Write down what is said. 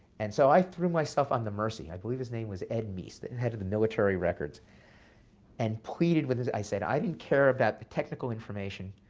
and so i threw myself on the mercy i believe his name was ed meese, the and head of the military records and pleaded with him. i said, i didn't care about the technical information.